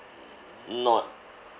not